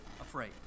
afraid